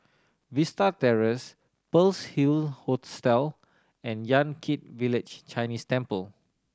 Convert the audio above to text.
Vista Terrace Pearl's Hill Hostel and Yan Kit Village Chinese Temple